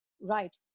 right